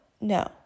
No